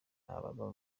abava